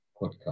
podcast